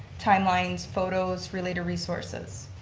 timelines, photos, related resources.